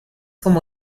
como